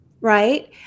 right